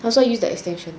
他说 use the extension